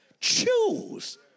Choose